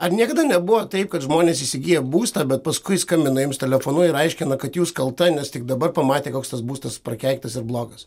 ar niekada nebuvo taip kad žmonės įsigyja būstą bet paskui skambina jums telefonu ir aiškina kad jūs kalta nes tik dabar pamatė koks tas būstas prakeiktas ir blogas